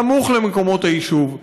סמוך למקומות היישוב,